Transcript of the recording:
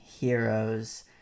Heroes